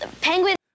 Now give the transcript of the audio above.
penguin